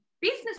business